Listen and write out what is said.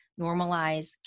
normalize